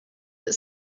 that